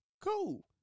cool